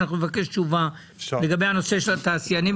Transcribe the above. ונבקש תשובה לגבי הנושא של התעשיינים.